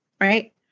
right